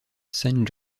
saint